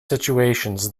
situations